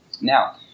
Now